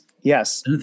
yes